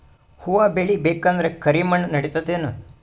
ಹುವ ಬೇಳಿ ಬೇಕಂದ್ರ ಕರಿಮಣ್ ನಡಿತದೇನು?